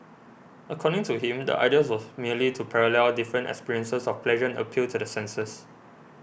according to him the ideas was merely to parallel different experiences of pleasure and appeal to the senses